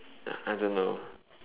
ya I don't know